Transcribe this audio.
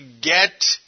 get